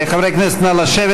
חברי הכנסת, נא לשבת.